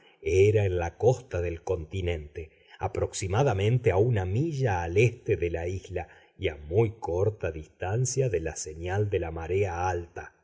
era en la costa del continente aproximadamente a una milla al este de la isla y a muy corta distancia de la señal de la marea alta